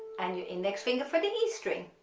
and your index finger for the e string.